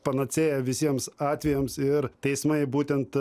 panacėja visiems atvejams ir teismai būtent